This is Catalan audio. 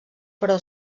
però